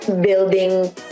building